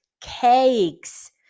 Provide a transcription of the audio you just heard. cakes